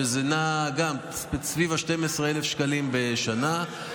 שזה נע גם סביב ה-12,000 שקלים בשנה,